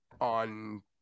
on